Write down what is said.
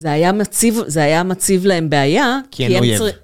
זה היה מציב.. זה היה מציב להם בעיה, כי אין אויב, כי הם צרי...